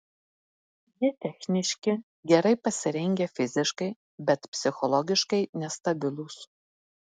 jie techniški gerai pasirengę fiziškai bet psichologiškai nestabilūs